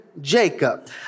Jacob